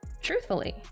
truthfully